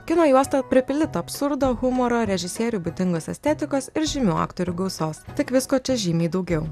kino juosta pripildyta absurdo humoro režisieriui būdingos estetikos ir žymių aktorių gausos tik visko čia žymiai daugiau